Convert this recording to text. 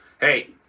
hey